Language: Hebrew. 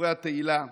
גיבורי התהילה,